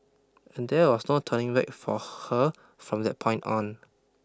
and there was no turning back for her from that point on